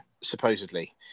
supposedly